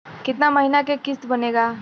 कितना महीना के किस्त बनेगा?